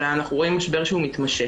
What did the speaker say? אנחנו פנינו למשרד ראש הממשלה ואנחנו מתכוונים